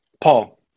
Paul